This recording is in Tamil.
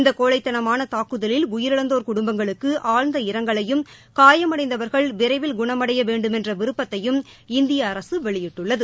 இந்த கோழைத்தனமாள தாக்குதலில் உயிரிழந்தோர் குடும்பங்களுக்கு ஆழ்ந்த இரங்கலையும் காயமடைந்தவர்கள் விரைவில் குணமடைய வேண்டும் என்ற விருப்பத்தையும் இந்திய அரசு வெளியிட்டுள்ளது